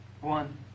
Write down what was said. One